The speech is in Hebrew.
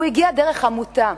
הוא הגיע דרך עמותה,